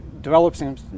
Developing